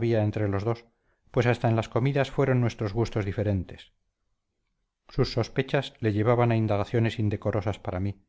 entre los dos pues hasta en las comidas fueron nuestros gustos diferentes sus sospechas le llevaban a indagaciones indecorosas para mí